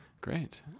Great